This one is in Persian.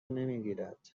نمیگیرد